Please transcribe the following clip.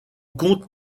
compte